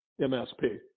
MSP